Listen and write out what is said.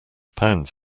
pounds